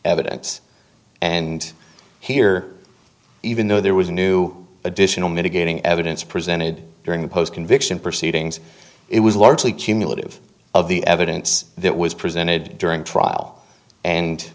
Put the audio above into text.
evidence and here even though there was new additional mitigating evidence presented during the post conviction proceedings it was largely cumulative of the evidence that was presented during trial and